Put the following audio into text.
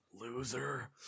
Loser